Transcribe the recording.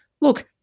Look